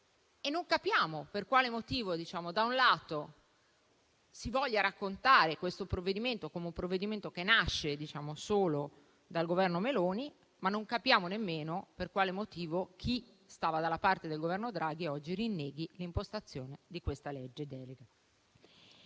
Non capiamo per quale motivo, da un lato, si voglia raccontare questo come un provvedimento che nasce solo dal Governo Meloni, ma non capiamo nemmeno per quale motivo chi stava dalla parte del Governo Draghi oggi rinneghi l'impostazione di questo disegno di legge